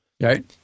Right